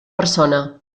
persona